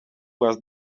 was